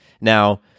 Now